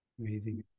Amazing